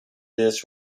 this